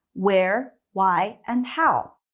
where, why and how.